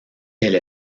elle